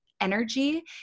energy